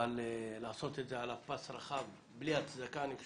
אבל לעשות את זה על פס רחב בלי הצדקה, לדעתי